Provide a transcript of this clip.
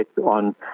on